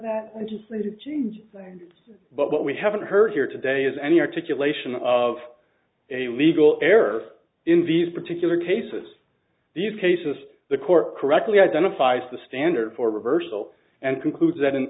legislative change but we haven't heard here today is any articulation of a legal error in these particular cases these cases the court correctly identifies the standard for reversal and concludes that in